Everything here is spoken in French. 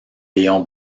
léon